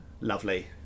Lovely